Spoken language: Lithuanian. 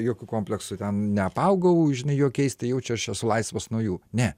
jokių kompleksų ten neapaugau žinai jokiais tai jau čia aš esu laisvas nuo jų ne